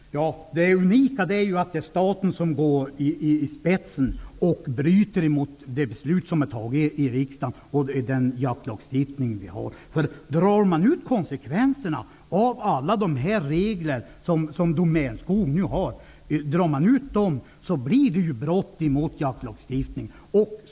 Herr talman! Det unika är att staten går i spetsen och bryter mot det beslut som har fattats i riksdagen och mot den jaktlagstiftning vi har. Om man drar ut konsekvenserna av alla de regler som Domänskog nu tillämpar, blir det fråga om ett brott mot jaktlagstiftningen.